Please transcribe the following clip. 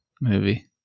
movie